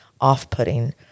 off-putting